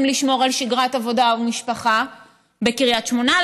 לשמור על שגרת עבודה ומשפחה בקריית שמונה,